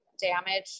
damage